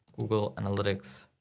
google analytics,